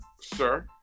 sir